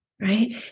right